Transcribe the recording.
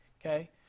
Okay